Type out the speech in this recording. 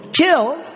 kill